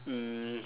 um